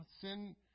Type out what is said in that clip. sin